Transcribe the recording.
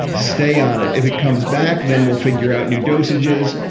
stay on it. if it comes back, then we'll figure out new dosages,